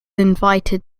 invited